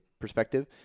perspective